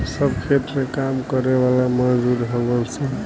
सब खेत में काम करे वाला मजदूर हउवन सन